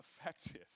effective